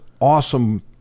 awesome